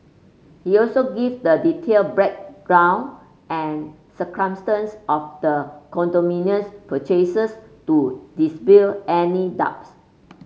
he also gave the detailed background and circumstances of the condominium purchases to dispel any doubts